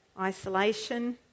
isolation